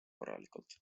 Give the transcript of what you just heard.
korralikult